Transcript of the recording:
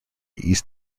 east